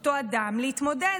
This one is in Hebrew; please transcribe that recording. אותו אדם, להתמודד.